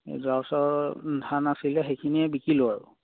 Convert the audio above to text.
যোৱাবছৰ ধান আছিলে সেইখিনিয়ে বিকিলোঁ আৰু